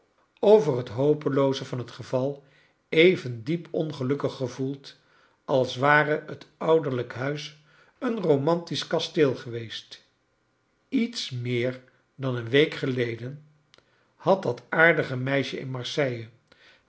over het hopelooze van het geval even diep ongelukkig gevoeld als ware het ouderlrjk huis een romantisch kasteel geweest lets meer dan een week geleden had dat aardige meisje in marseille